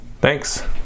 thanks